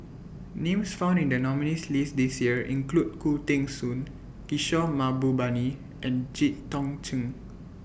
Names found in The nominees' list This Year include Khoo Teng Soon Kishore Mahbubani and Jit Tong Ch'ng